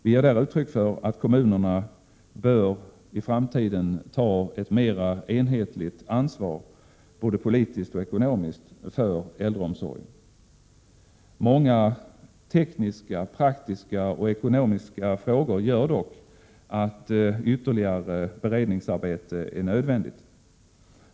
Vi anser att kommunerna i framtiden bör ta ett mer enhetligt ansvar både politiskt och ekonomiskt för äldreomsorgen. Många tekniska, praktiska och ekonomiska frågor gör dock att ytterligare beredningsarbete är nödvändigt.